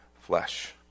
flesh